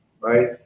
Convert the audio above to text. right